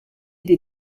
des